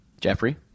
jeffrey